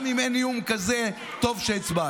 גם אם אין איום כזה, טוב שהצבענו.